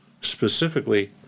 Specifically